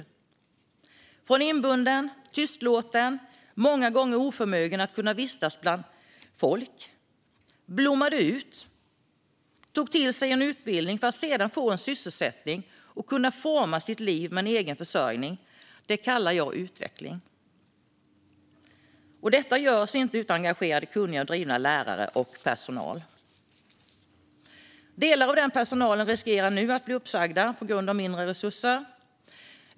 Personer som var inbundna, tystlåtna och många gånger oförmögna att vistas bland folk blommade ut och tog till sig en utbildning för att sedan få en sysselsättning och kunna forma sitt liv med en egen försörjning. Det kallar jag utveckling. Och detta görs inte utan personal och lärare som är engagerade, kunniga och drivna. Delar av den personalen riskerar nu att bli uppsagda på grund av mindre resurser.